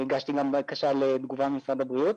הגשתי גם בקשה לתגובה ממשרד הבריאות.